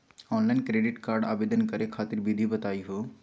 Online credit card आवेदन करे खातिर विधि बताही हो?